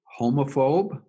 homophobe